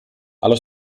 allo